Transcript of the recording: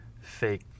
fake